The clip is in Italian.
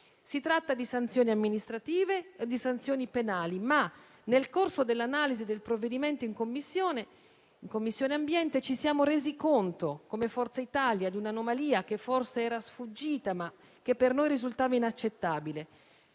Si tratta di sanzioni amministrative e di sanzioni penali, ma nel corso dell'analisi del provvedimento in Commissione ambiente ci siamo resi conto come Forza Italia di un'anomalia che forse era sfuggita ma che per noi risultava inaccettabile: